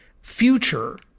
future